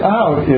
out